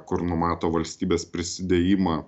kur numato valstybės prisidėjimą